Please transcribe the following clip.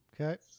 Okay